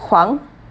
huang